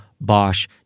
Bosch